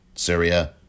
Syria